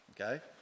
Okay